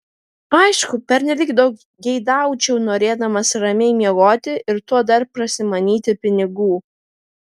aišku pernelyg daug geidaučiau norėdamas ramiai miegoti ir tuo dar prasimanyti pinigų